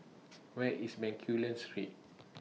Where IS Bencoolen Street